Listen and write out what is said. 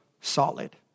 solid